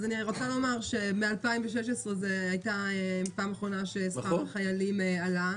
אז אני רוצה לומר שמ-2016 זו הייתה הפעם האחרונה ששכר החיילים עלה.